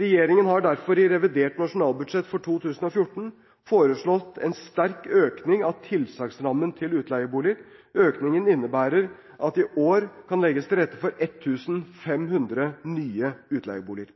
Regjeringen har derfor i revidert nasjonalbudsjett for 2014 foreslått en sterk økning av tilsagnsrammen til utleieboliger. Økningen innebærer at det i år kan legges til rette for ca. 1 500 nye utleieboliger.